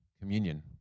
communion